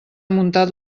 muntat